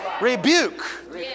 Rebuke